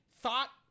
thought